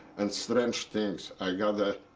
and strange things. i got a i